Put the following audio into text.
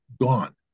gone